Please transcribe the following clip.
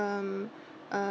um uh